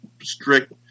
strict